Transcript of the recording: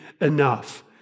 enough